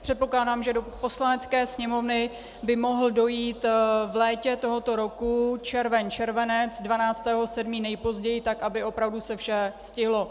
Předpokládám, že do Poslanecké sněmovny by mohl dojít v létě tohoto roku, červen, červenec, 12. 7. nejpozději, tak aby opravdu se vše stihlo.